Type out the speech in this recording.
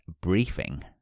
briefing